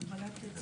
לגבי ההגבלה של